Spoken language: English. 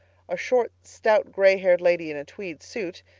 a short, stout gray-haired lady in a tweed suit,